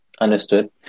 Understood